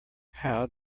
how